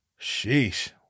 Sheesh